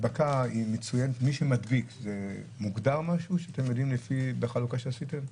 מי שמדביק זה מוגדר, שאתם יודעים בחלוקה שעשיתם?